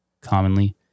commonly